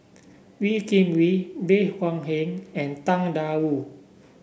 Wee Kim Wee Bey Hua Heng and Tang Da Wu